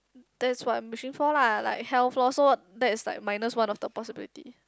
that's what I'm wishing for lah like hell fall so that is like minus one of the possibility